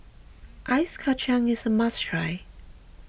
Ice Kachang is a must try